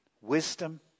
Wisdom